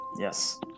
Yes